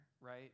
right